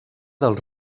dels